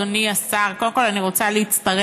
אדוני השר, קודם כול, אני רוצה להצטרף